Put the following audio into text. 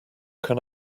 can